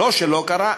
לא שלא קרה,